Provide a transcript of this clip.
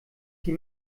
sie